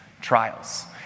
trials